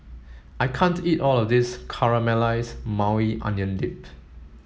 I can't eat all of this Caramelize Maui Onion Dip